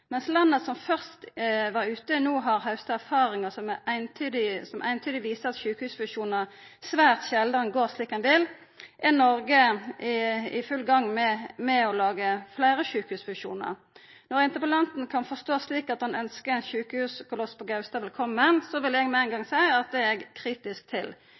Mens landa som først var ute, no har hausta erfaringar som eintydig viser at sjukehusfusjonar svært sjeldan går slik ein vil, er Noreg i full gang med å laga fleire sjukehusfusjonar. Når ein kan forstå interpellanten slik at han ønskjer ein sjukehuskoloss på Gaustad velkomen, vil eg med ein gong seia at det er eg kritisk til.